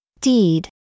Deed